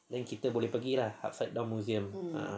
then kita boleh pergi lah upside down museum ah